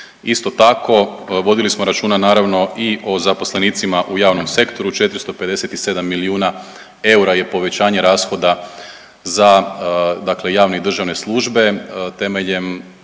Isto tako, vodili smo računa naravno i o zaposlenicima u javnom sektoru 457 milijuna eura je povećanje rashoda za, dakle javne i državne službe temeljem